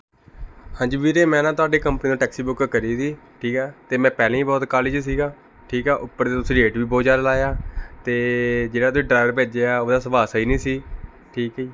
ਹਾਂਜੀ ਵੀਰੇ ਮੈਂ ਨਾ ਤੁਹਾਡੇ ਕੰਪਨੀ ਤੋਂ ਟੈਕਸੀ ਬੁੱਕ ਕਰੀ ਤੀ ਠੀਕ ਹੈ ਅਤੇ ਮੈਂ ਪਹਿਲਾਂ ਹੀ ਬਹੁਤ ਕਾਹਲੀ 'ਚ ਸੀਗਾ ਠੀਕ ਹੈ ਉੱਪਰ ਤੋਂ ਤੁਸੀਂ ਰੇਟ ਵੀ ਬਹੁਤ ਜ਼ਿਆਦਾ ਲਾਇਆ ਅਤੇ ਜਿਹੜਾ ਤੁਸੀਂ ਡਰਾਈਵਰ ਭੇਜਿਆ ਉਹਦਾ ਸੁਭਾਅ ਸਹੀ ਨਹੀਂ ਸੀ ਠੀਕ ਜੀ